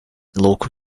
local